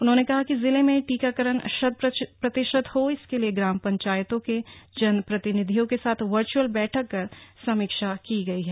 उन्होने कहा की जिले में टीकाकरण शत प्रतिशत हो इसके लिए ग्राम पंचायतों के जनप्रतिनिधियों के साथ वर्चुअल बैठक कर समीक्षा की गई है